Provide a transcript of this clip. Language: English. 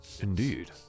Indeed